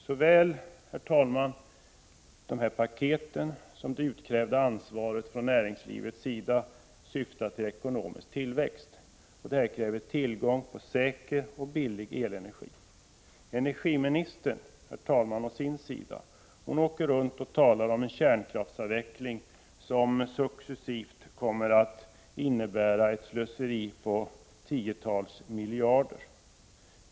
Såväl de här paketen som det utkrävda ansvaret när det gäller näringslivet syftar till ekonomisk tillväxt, och det kräver tillgång till säker och billig elenergi. Energiministern å sin sida åker runt och talar om en kärnkraftsavveckling som successivt kommer att innebära ett slöseri på tiotals miljarder kronor.